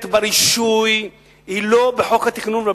כמה קרקעות הופרטו, אדוני,